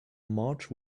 march